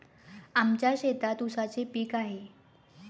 आमच्या शेतात ऊसाचे पीक आहे